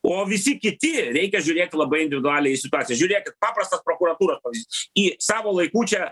o visi kiti reikia žiūrėt labai individualiai į situaciją žiūrėk paprastas prokuratūros pavyzdys į savo laiku čia